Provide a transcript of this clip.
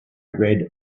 read